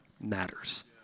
matters